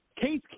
Case